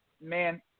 man